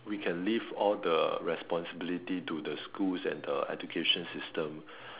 we can leave all the responsibilities to the schools and the education system